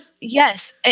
Yes